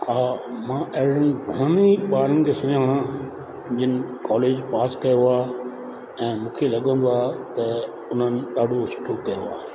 हा मां अहिड़े घणी ॿारनि खे सुञाणा जिन कॉलेज पास कयो आहे ऐं मूंखे लॻंदो आहे त उन्हनि ॾाढो सुठो कयो आहे